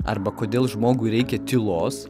arba kodėl žmogui reikia tylos